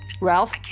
Ralph